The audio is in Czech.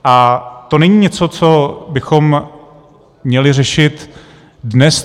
A to není něco, co bychom měli řešit dnes.